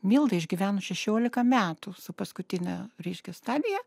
milda išgyveno šešiolika metų su paskutine reiškia stadija